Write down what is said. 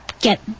get